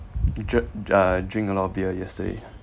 dra~ uh drink a lot of beer yesterday ah